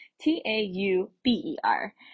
T-A-U-B-E-R